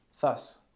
Thus